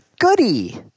goody